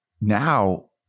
Now